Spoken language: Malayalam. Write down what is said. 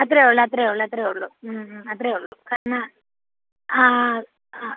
അത്രയേ ഉള്ളൂ അത്രയേ ഉള്ളൂ അത്രയേ ഉള്ളൂ അത്രയേ ഉള്ളൂ കാരണം ആ ആ ആ